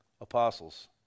apostles